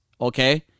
Okay